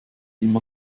immer